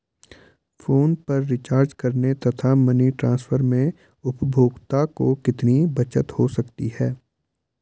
Phone पर recharge करने तथा मनी ट्रांसफर में उपभोक्ता को कितनी बचत हो सकती है?